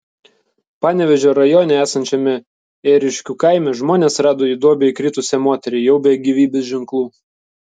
panevėžio rajone esančiame ėriškių kaime žmonės rado į duobę įkritusią moterį jau be gyvybės ženklų